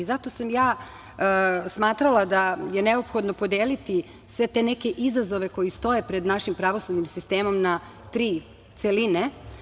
Zato sam ja smatrala da je neophodno podeliti sve te neke izazove koji stoje pred našim pravosudnim sistemom na tri celine.